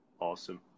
Awesome